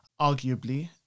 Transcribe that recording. Arguably